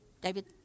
David